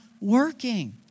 working